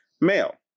male